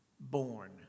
born